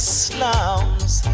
slums